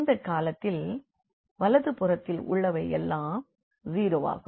இந்த காலத்தில் வலது புறத்தில் உள்ளவை எல்லாம் 0 ஆகும்